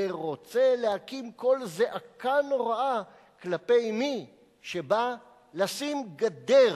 ורוצה להקים קול זעקה נוראה כלפי מי שבא לשים גדר